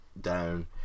down